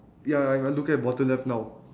ya I I looking at bottom left now